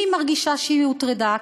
אם היא מרגישה שהיא הוטרדה,